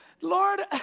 Lord